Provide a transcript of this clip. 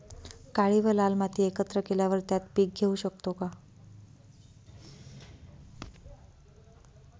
काळी व लाल माती एकत्र केल्यावर त्यात पीक घेऊ शकतो का?